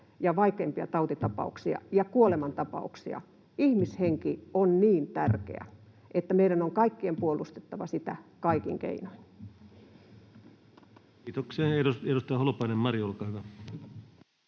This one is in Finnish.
vaikeimpia tautitapauksia ja kuolemantapauksia... Ihmishenki on niin tärkeä, että meidän on kaikkien puolustettava sitä kaikin keinoin. [Speech 122] Speaker: Ensimmäinen varapuhemies